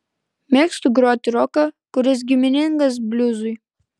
mėgstu groti roką kuris giminingas bliuzui